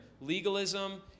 Legalism